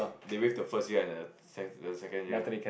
they waive the first year and the sec the second year